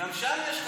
גם שם יש כיסאות,